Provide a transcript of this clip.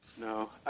No